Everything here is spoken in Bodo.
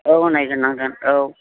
औ नागिरनांगोन औ